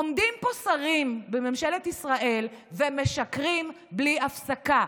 עומדים פה שרים בממשלת ישראל ומשקרים בלי הפסקה,